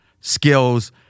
skills